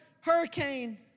hurricane